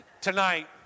Tonight